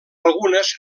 algunes